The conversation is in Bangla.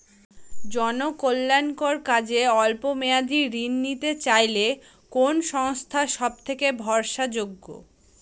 জনকল্যাণকর কাজে অল্প মেয়াদী ঋণ নিতে চাইলে কোন সংস্থা সবথেকে ভরসাযোগ্য?